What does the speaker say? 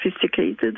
sophisticated